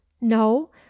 no